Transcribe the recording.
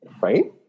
Right